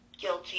guilty